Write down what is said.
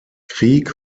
krieg